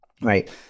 right